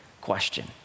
question